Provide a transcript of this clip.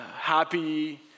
happy